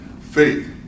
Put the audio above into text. faith